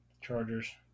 Chargers